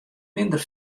minder